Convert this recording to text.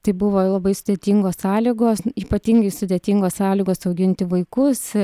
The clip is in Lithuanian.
tai buvo labai sudėtingos sąlygos ypatingai sudėtingos sąlygos auginti vaikus